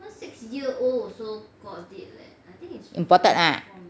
imported ah